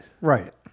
Right